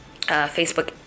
Facebook